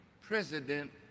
President